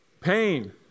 Pain